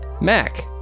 mac